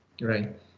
Right